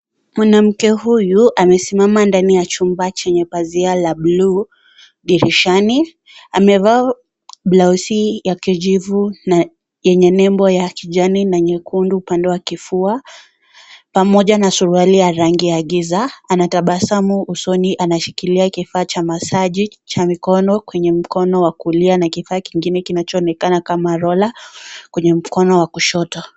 Mwanamke huyu amesimama ndani ya chumba chenye pazia la bluu dirishani . Amevaa blausi ya kijivu na yenye nembo ya kijani na nyekundu upande wa kifua , pamoja na suruali ya rangi ya giza. Anatabasamu usoni anashikilia kifaa cha massage cha mikono kwenye mkono wa kulia na kifaa kingine kinachoonekana kama Roller kwenye mkono wa kushoto.